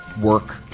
work